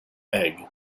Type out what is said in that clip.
egg